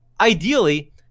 ideally